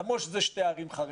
למרות שאלה שתי ערים חרדיות.